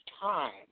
time